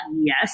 Yes